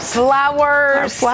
flowers